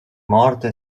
morte